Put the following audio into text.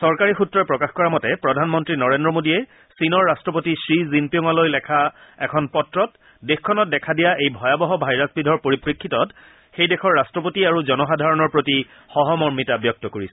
চৰকাৰী সূত্ৰই প্ৰকাশ কৰা মতে প্ৰধানমন্তী নৰেন্দ্ৰ মোদীয়ে চীনৰ ৰট্টপতি খি জিনপিঙলৈ লিখা এখন পত্ৰত দেশখনত দেখা দিয়া এই ভয়াৱহ ভাইৰাছবিধৰ পৰিপ্লেক্ষিতত দেশখনৰ ৰট্টপতি আৰু জনসাধাৰণৰ প্ৰতি সহমৰ্মিতা ব্যক্ত কৰিছে